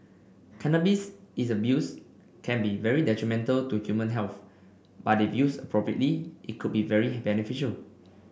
cannabis is abused can be very detrimental to human health but if used appropriately it could be very beneficial